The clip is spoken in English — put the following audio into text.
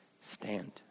stand